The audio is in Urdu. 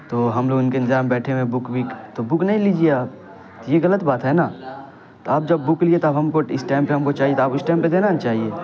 تو ہم لوگ ان کے انتظار میں بیٹھے ہوئے ہیں بک ویک تو بک نہیں لیجیے آپ یہ غلط بات ہے نا تو آپ جب بک لیے تو اب ہم کو اس ٹائم پہ ہم کو چاہیے تو آپ اس ٹائم پہ دینا نا چاہیے